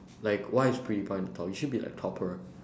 like why is pewdiepie on the top you should be like topper